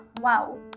wow